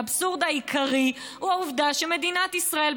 האבסורד העיקרי הוא העובדה שמדינת ישראל,